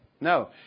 No